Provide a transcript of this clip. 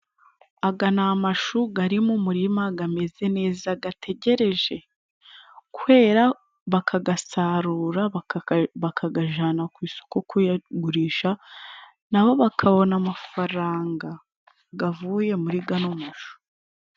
Aya ni amashu ari mu umurima ameze neza ategereje kwera bakayasarura, bakayajyana ku isoko kuyagurisha nabo bakabona amafaranga avuye muri yamashu.